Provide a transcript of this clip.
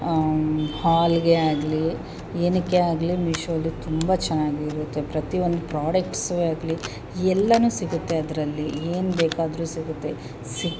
ಹಾಲ್ಗೇ ಆಗಲೀ ಏನಕ್ಕೆ ಆಗಲೀ ಮೀಶೋಲಿ ತುಂಬ ಚೆನ್ನಾಗಿರುತ್ತೆ ಪ್ರತಿ ಒಂದು ಪ್ರೋಡಕ್ಟ್ಸು ಆಗಲಿ ಎಲ್ಲಾ ಸಿಗುತ್ತೆ ಅದರಲ್ಲಿ ಏನು ಬೇಕಾದರೂ ಸಿಗುತ್ತೆ ಸಿಗು